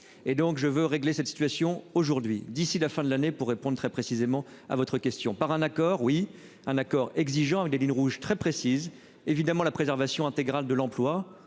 et donc je veux régler cette situation aujourd'hui. D'ici la fin de l'année pour répondre très précisément à votre question par un accord. Oui un accord exigeant avec des lignes rouges très précises évidemment la préservation intégrale de l'emploi,